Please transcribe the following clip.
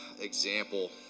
example